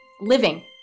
Living